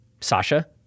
Sasha